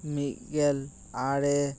ᱢᱤᱫ ᱜᱮᱞ ᱟᱨᱮ